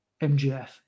MGF